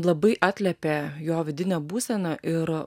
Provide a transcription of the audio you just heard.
labai atliepė jo vidinę būseną ir